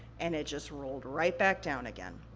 and it just rolled right back down again.